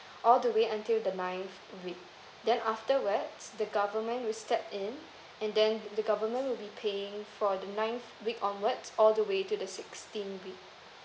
all the way until the nine week then afterwards the government will step in and then the government will be paying for the ninth week onwards all the way to the sixteen week